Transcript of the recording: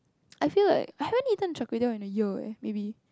I feel like I haven't eaten Char-Kway-Teow in a year leh maybe